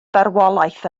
farwolaeth